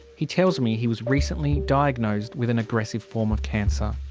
he tells me he was recently diagnosed with an aggressive form of cancer.